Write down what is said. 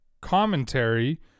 commentary